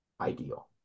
ideal